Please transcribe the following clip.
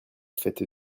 fête